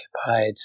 occupied